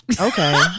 okay